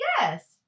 yes